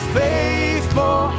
faithful